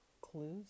clues